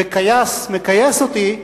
וכייס מכייס אותי,